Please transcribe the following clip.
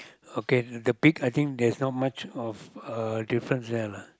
okay the pig I think there's not much of a difference they lah